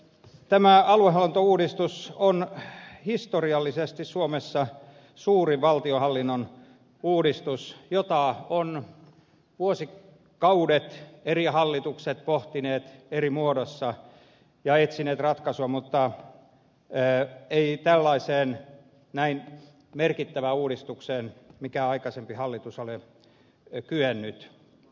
tämä aluehallintouudistus on historiallisesti suomessa suuri valtionhallinnon uudistus jota ovat vuosikaudet eri hallitukset pohtineet eri muodoissa ja etsineet ratkaisua mutta ei tällaiseen näin merkittävään uudistukseen mikään aikaisempi hallitus ole kyennyt